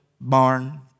barn